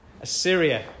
Assyria